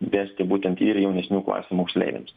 vesti būtent ir jaunesnių klasių moksleiviams